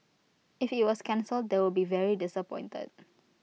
if IT was cancelled they would be very disappointed